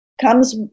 comes